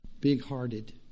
Big-hearted